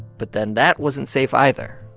but then that wasn't safe either.